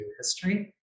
history